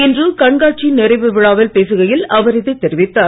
இன்று கண்காட்சியின் நிறைவு விழாவில் பேசுகையில் அவர் இதை தெரிவித்தார்